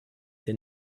den